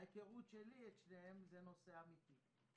מההיכרות שלי את שניהם, זה נושא אמיתי.